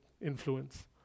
influence